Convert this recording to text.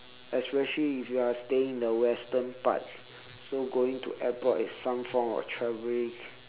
especially if you are staying in the western part so going to the airport is some form of traveling